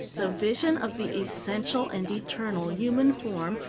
the vision of the essential and eternal human form,